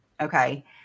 Okay